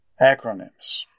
Acronyms